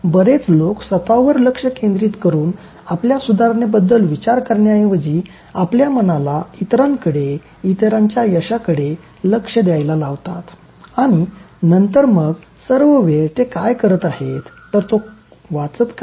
बरेच लोक स्वतवर लक्ष केंद्रित करून आपल्या सुधारणेबद्दल विचार करण्याऐवजी आपल्या मनाला इतरांकडे इतरांच्या यशाकडे लक्ष द्यायला लावतात आणि नंतर मग सर्व वेळ ते काय करत आहेत तर तो वाचत आहे काय